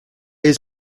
his